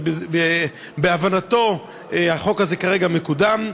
ובהבנתו החוק הזה כרגע מקודם,